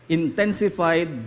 intensified